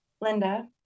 Linda